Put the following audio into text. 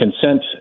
Consent